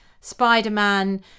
Spider-Man